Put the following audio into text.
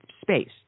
space